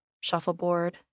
Shuffleboard